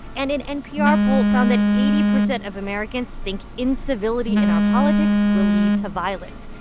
and an npr poll found that eighty percent of americans think incivility in our politics will lead to violence.